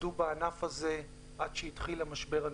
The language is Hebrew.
עבדו בענף הזה עד שהתחיל המשבר הנוכחי.